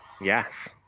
yes